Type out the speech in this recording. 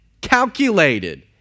calculated